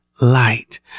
Light